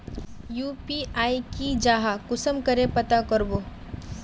UPI की जाहा कुंसम करे पता करबो?